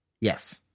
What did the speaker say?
Yes